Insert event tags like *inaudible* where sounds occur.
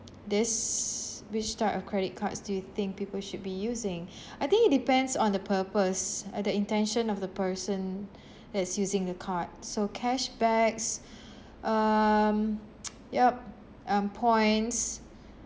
this which type of credit cards do you think people should be using I think it depends on the purpose uh the intention of the person that's using the card so cashbacks um *noise* yup um points